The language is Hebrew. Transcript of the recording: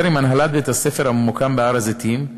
עם הנהלת בית-הספר הממוקם בהר-הזיתים,